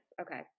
okay